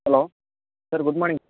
hello sir good morning sir